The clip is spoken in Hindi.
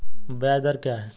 ब्याज दर क्या है?